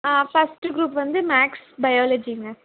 ஆ first group வந்து maths பையாலஜிங்க